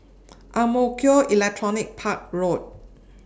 Ang Mo Kio Electronics Park Road